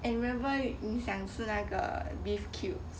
and remember 你想吃那个 beef cubes